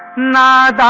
not